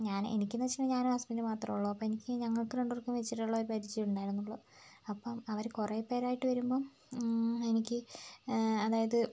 ഞാന് എനിക്കെന്ന് വെച്ചിട്ടുണ്ടെങ്കില് ഞാനും ഹസ്ബെൻറ്റും മാത്രമേയുള്ളൂ എനിക്ക് ഞങ്ങൾക്ക് രണ്ട് പേർക്കും വെച്ചിട്ടുള്ളൊരു പരിചയമേയുണ്ടായിരുന്നുള്ളൂ അപ്പം അവര് കുറേപ്പേരായിട്ട് വരുമ്പോള് എനിക്ക് അതായത്